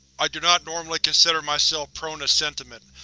i do not normally consider myself prone to sentiment,